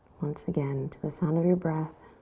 once again, to the sound of your breath.